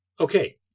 Okay